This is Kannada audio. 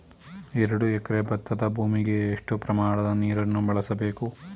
ಎರಡು ಎಕರೆ ಭತ್ತದ ಭೂಮಿಗೆ ಎಷ್ಟು ಪ್ರಮಾಣದ ನೀರನ್ನು ಬಳಸಬೇಕು?